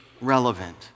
relevant